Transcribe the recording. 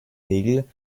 regel